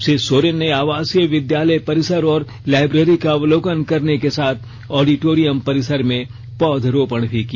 श्री सोरेन ने आवासीय विद्यालय परिसर और लाइब्रेरी का अवलोकन करने के साथ ऑडिटोरियम परिसर में पौधरोपण किया